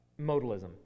modalism